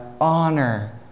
honor